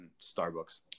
Starbucks